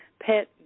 pet